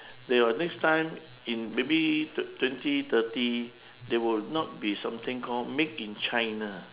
there will next time in maybe twenty thirty there will not be something call made in china